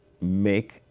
make